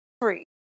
free